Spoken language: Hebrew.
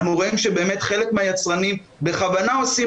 אנחנו רואים שבאמת חלק מהיצרנים בכוונה עושים